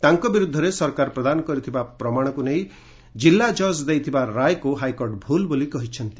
ତାଙ୍କ ବିରୁଦ୍ଧରେ ସରକାର ପ୍ରଦାନ କରିଥିବା ପ୍ରମାଣକୁ ନେଇ ଜିଲ୍ଲା ଜଜ୍ ଦେଇଥିବା ରାୟକୁ ହାଇକୋର୍ଟ ଭୁଲ୍ ବୋଲି କହିଛନ୍ତି